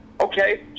Okay